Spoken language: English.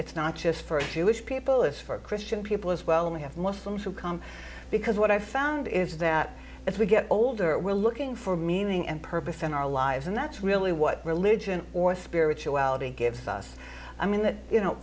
it's not just for a jewish people it's for christian people as well and we have muslims who come because what i found is that as we get older we're looking for meaning and purpose in our lives and that's really what religion or spirituality gives us i mean that you know